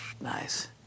Nice